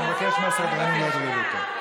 אני מבקש מהסדרנים להוריד אותו.